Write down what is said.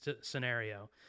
scenario